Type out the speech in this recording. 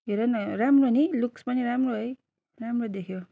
हेर न राम्रो नि लुक्स पनि राम्रो है राम्रो देख्यो